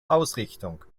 ausrichtung